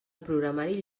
programari